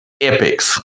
Epics